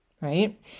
right